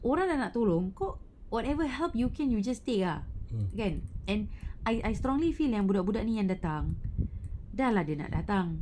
orang yang nak tolong whatever help you can you just take ah kan and I I strongly feel yang budak-budak ni yang datang dah lah dia nak datang